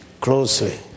closely